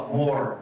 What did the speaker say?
more